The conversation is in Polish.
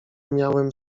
miałem